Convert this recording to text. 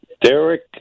Derek